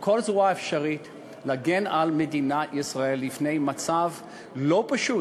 בכל זרוע אפשרית להגן על מדינת ישראל מפני מצב לא פשוט,